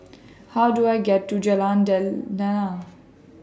How Do I get to Jalan